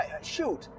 Shoot